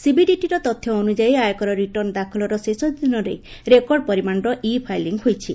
ସିବିଡିଟିର ତଥ୍ୟ ଅନୁଯାୟୀ ଆୟକର ରିଟର୍ଣ୍ଣ ଦାଖଲର ଶେଷଦିନରେ ରେକର୍ଡ ପରିମାଣର ଇ ଫାଇଲିଂ ହୋଇଛି